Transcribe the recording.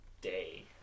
day